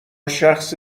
شخص